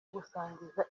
gusangira